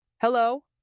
Hello